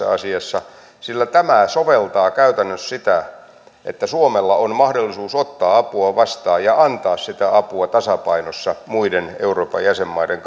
tässä asiassa sillä tämä soveltaa käytännössä sitä että suomella on mahdollisuus ottaa apua vastaan ja antaa sitä apua tasapainossa muiden euroopan jäsenmaiden